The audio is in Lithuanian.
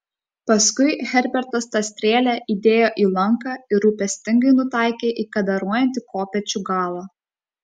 paskui herbertas tą strėlę įdėjo į lanką ir rūpestingai nutaikė į kadaruojantį kopėčių galą